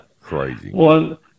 Crazy